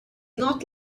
not